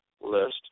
list